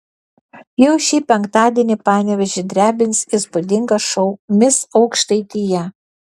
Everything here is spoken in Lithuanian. jau šį penktadienį panevėžį drebins įspūdingas šou mis aukštaitija